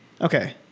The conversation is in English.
Okay